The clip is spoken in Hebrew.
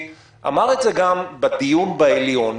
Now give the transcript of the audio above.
זה נאמר גם בדיון בעליון,